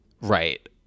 right